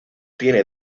tiene